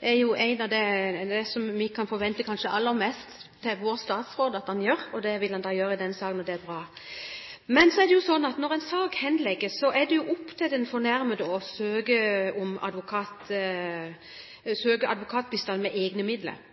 Det er noe av det vi kanskje kan forvente aller mest av vår statsråd at han gjør, og det vil han gjøre i denne saken. Det er bra. Men så er det jo sånn at når en sak henlegges, er det opp til den fornærmede å søke om advokatbistand med egne midler